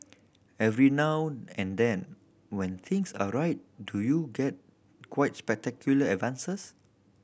every now and then when things are right do you get quite spectacular advances